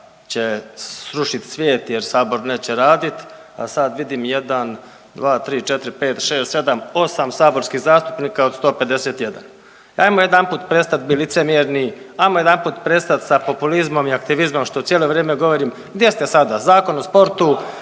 će srušit svijet jer sabor neće radit, a sad vidim 1, 2, 3, 4, 5, 6, 7, 8 saborskih zastupnika od 151. Ajmo jedanput prestat bit licemjerni, ajmo jedanput prestat sa populizmom i aktivizmom što cijelo vrijeme govorim. Gdje ste sada? Zakon o sportu,